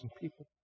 people